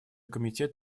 комитет